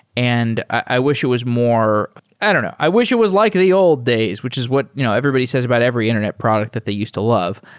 and i wish it was more i don't know. i wish it was like the old days, which is what you know everybody says about every internet product that they used to love.